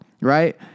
right